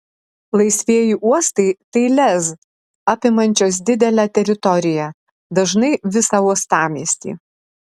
laisvieji uostai tai lez apimančios didelę teritoriją dažnai visą uostamiestį